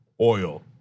oil